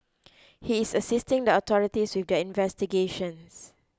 he is assisting the authorities with their investigations